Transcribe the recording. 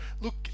look